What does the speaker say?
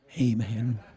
Amen